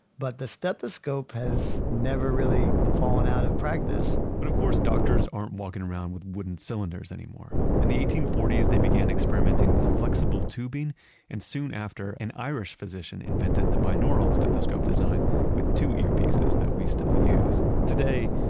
but the stethoscope has never really fallen out of practice but of course, doctors aren't walking around with wooden cylinders anymore. in the eighteen forty s, they began experimenting with flexible tubing and soon after an irish physician invented the binaural stethoscope design with two earpieces that we still use. today,